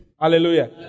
Hallelujah